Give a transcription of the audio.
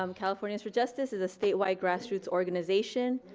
um californians for justice is a statewide grass roots organization.